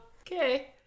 okay